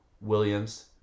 williams